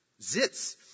zits